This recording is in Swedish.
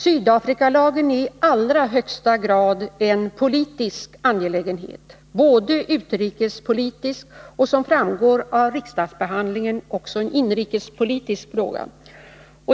Sydafrikalagen är i allra högsta grad en politisk angelägenhet, både en utrikespolitisk och som framgår av riksdagsbehandlingen också en inrikespolitisk.